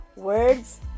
words